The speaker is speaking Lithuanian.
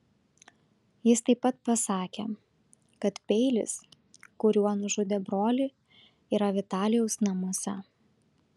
jis taip pat pasakė kad peilis kuriuo nužudė brolį yra vitalijaus namuose